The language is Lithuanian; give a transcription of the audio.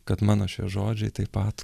kad mano šie žodžiai taip pat